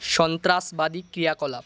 সন্ত্রাসবাদী ক্রীয়াকলাপ